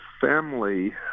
family